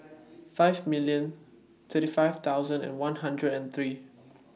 five million thirty five thousand and one hundred and three